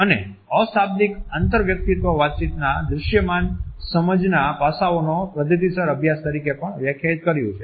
અને અશાબ્દિક આંતરવ્યક્તિત્વ વાતચીતના દૃષ્યમાન સમજના પાસાંઓનો પદ્ધતિસર અભ્યાસ તરીકે પણ વ્યાખ્યાયિત કર્યું છે